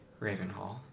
Ravenhall